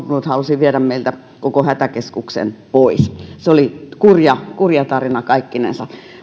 halusi viedä meiltä koko hätäkeskuksen pois se oli kurja kurja tarina kaikkinensa